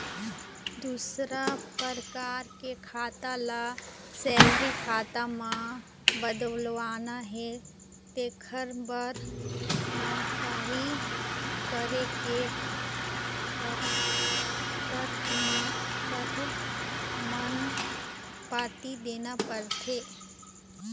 दूसर परकार के खाता ल सेलरी खाता म बदलवाना हे तेखर बर नउकरी करे के परमान पाती देना परथे